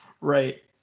Right